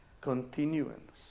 continuance